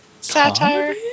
satire